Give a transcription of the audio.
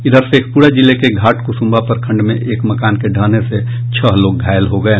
इधर शेखपुरा जिले में घाटकुसुम्भा प्रखंड में एक मकान के ढहने से छह लोग घायल हो गये